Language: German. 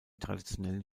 traditionellen